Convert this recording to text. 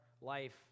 life